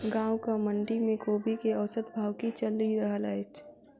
गाँवक मंडी मे कोबी केँ औसत भाव की चलि रहल अछि?